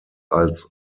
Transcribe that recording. als